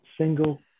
single